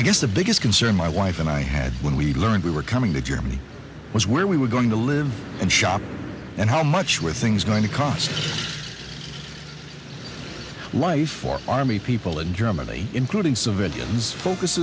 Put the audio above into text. i guess the biggest concern my wife and i had when we learned we were coming to germany was where we were going to live and shop and how much were things going to cost life for army people in germany including civilians